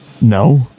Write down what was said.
No